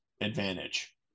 advantage